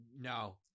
no